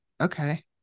okay